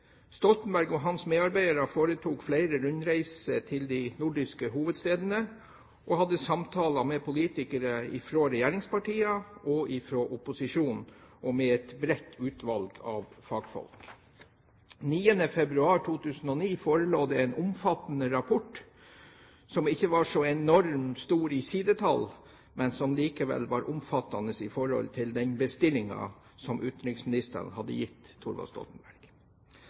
Stoltenberg og hans medarbeidere foretok flere rundreiser til de nordiske hovedstedene og hadde samtaler med politikere fra regjeringspartier og fra opposisjon, og med et bredt utvalg av fagfolk. Den 9. februar 2009 forelå det en omfattende rapport, som ikke var så enormt stor i sidetall, men som likevel var omfattende i forhold til den «bestillingen» som utenriksministrene hadde gitt Thorvald Stoltenberg.